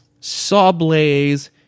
Sawblaze